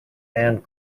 and